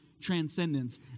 transcendence